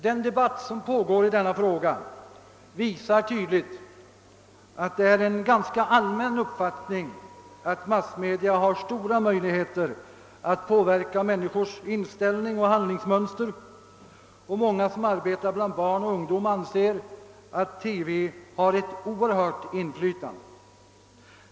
Den debatt som pågår i frågan visar tydligt att det är en ganska allmän uppfattning att massmedia har stora möjligheter att påverka människors inställning och handlingsmönster, och många som arbetar bland barn och ungdom anser att TV har ett synnerligen stort inflytande.